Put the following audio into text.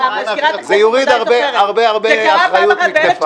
זה יוריד הרבה אחריות מכתפיי.